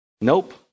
Nope